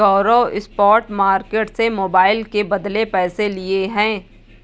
गौरव spot market से mobile के बदले पैसे लिए हैं